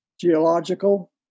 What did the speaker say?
geological